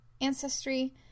ancestry